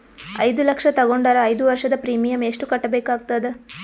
ಐದು ಲಕ್ಷ ತಗೊಂಡರ ಐದು ವರ್ಷದ ಪ್ರೀಮಿಯಂ ಎಷ್ಟು ಕಟ್ಟಬೇಕಾಗತದ?